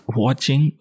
watching